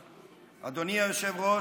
תודה רבה, אדוני היושב-ראש.